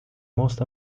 most